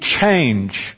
change